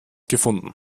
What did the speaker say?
gefunden